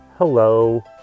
Hello